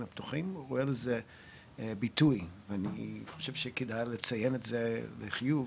פתוחים רואה לזה ביטוי ואני חושב שכדאי לציין את זה לחיוב,